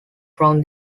from